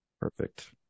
Perfect